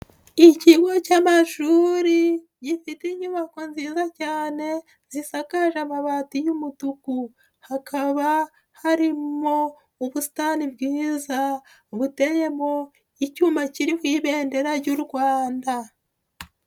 Ikigo cy'amashuri gifite inyubako nziza cyane zisakaje amabati y'umutuku, hakaba harimo ubusitani bwiza buteyemo icyuma kiriho ibendera ry'u Rwanda.